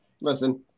listen